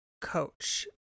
coach